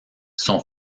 son